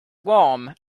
warm